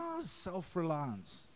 self-reliance